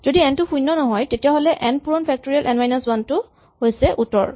যদি এন টো শূণ্য নহয় তেতিয়াহ'লে এন পূৰণ ফেক্টৰিয়েল এন মাইনাচ ৱান টো হৈছে উত্তৰ